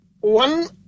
one